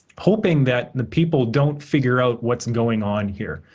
hoping that the people don't figure out what's going on here.